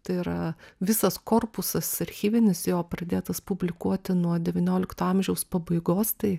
tai yra visas korpusas archyvinis jo pradėtas publikuoti nuo devyniolikto amžiaus pabaigos tai